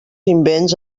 invents